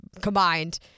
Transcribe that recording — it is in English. combined